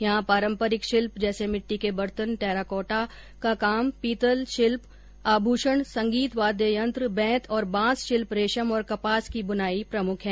यहां पारम्परिक शिल्प जैसे मिट़टी के बर्तन टैराकोटा का काम पीतल शिल्प आभूषण संगीत वाद्य यंत्र बेंत और बांस शिल्प रेशम और कपास की बुनाई प्रमुख हैं